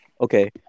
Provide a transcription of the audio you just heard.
okay